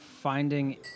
finding